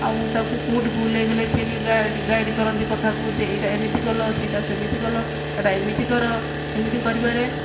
ଆଉ ତାଙ୍କୁ କେଉଁଠି ଭୁଲ ହେଇଗଲେ ସିଏ ବି ଗାଇଡ଼ କରନ୍ତି କଥା କୁହନ୍ତି ଯେ ଏଇଟା ଏମିତି କଲ ସେଇଟା ସେମିତି କଲ ଏଇଟା ଏମିତି କର ଏମିତି କରିବାରେ